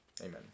Amen